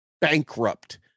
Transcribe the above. bankrupt